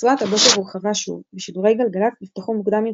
רצועת הבוקר הורחבה שוב ושידורי גלגלצ נפתחו מוקדם יותר,